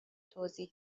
توضیح